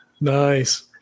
Nice